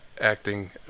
acting